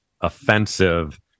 offensive